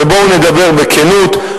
ובואו נדבר בכנות,